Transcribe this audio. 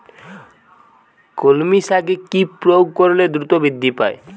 কলমি শাকে কি প্রয়োগ করলে দ্রুত বৃদ্ধি পায়?